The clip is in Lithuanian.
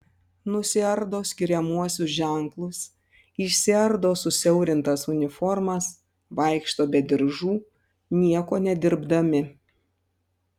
nusiardo skiriamuosius ženklus išsiardo susiaurintas uniformas vaikšto be diržų nieko nedirbdami